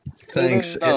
Thanks